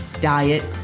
diet